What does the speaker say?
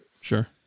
Sure